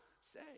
say